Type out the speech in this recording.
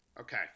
Okay